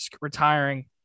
retiring